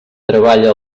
treballa